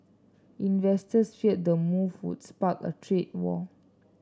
investors feared the move would spark a trade war